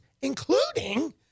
including